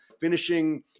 finishing